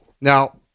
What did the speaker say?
now